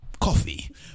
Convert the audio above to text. Coffee